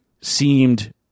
seemed